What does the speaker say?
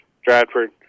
Stratford